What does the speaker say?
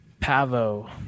Pavo